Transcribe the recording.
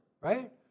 right